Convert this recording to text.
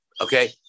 okay